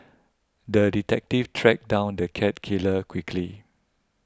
the detective tracked down the cat killer quickly